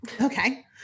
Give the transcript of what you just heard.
Okay